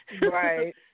Right